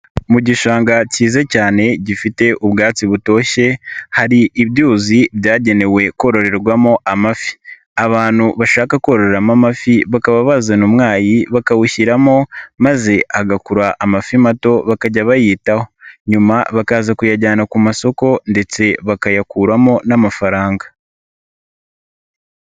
Mu gishanga kize cyane gifite ubwatsi butoshye, hari ibyuzi byagenewe kororerwamo amafi. Abantu bashaka kororamo amafi, bakaba bazana umwayi bakawushyiramo maze hagakura amafi mato, bakajya bayitaho. Nyuma bakaza kuyajyana ku masoko ndetse bakayakuramo n'amafaranga.